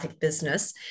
business